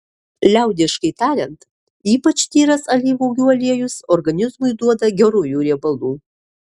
liaudiškai tariant ypač tyras alyvuogių aliejus organizmui duoda gerųjų riebalų